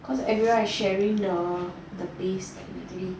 cause everyone is sharing the the paste technically